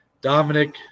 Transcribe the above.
Dominic